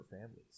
families